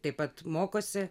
taip pat mokosi